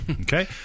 Okay